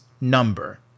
number